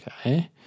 okay